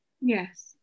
Yes